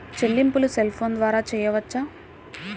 చెల్లింపులు cell phone ద్వారా చేయవచ్చా?